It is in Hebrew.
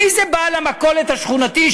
מי זה בעל המכולת השכונתית,